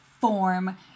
form